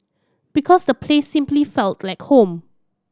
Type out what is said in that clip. because the place simply felt like home